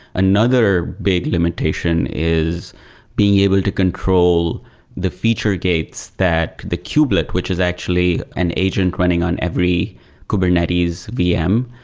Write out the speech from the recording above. another big limitation is being able to control the feature gates that the kubelet, which is actually an agent running on every kubernetes vm.